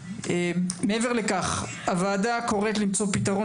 מעבר לכך הוועדה קוראת למצוא פתרונות